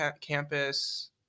campus